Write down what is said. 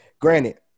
granted